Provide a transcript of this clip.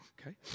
Okay